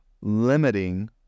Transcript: limiting